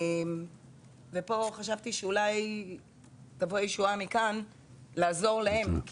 ופה חשבתי שאולי תבוא הישועה מכאן לעזור להם,